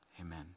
Amen